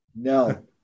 No